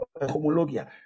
homologia